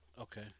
Okay